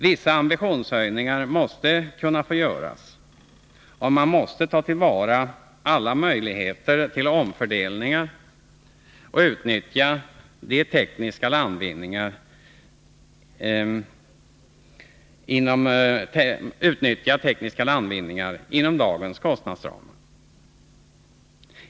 Vissa ambitionshöjningar måste kunna få göras, och man måste ta till vara alla möjligheter till omfördelningar och utnyttjande av tekniska landvinningar inom dagens kostnadsramar.